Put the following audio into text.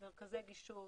מרכזי גישור,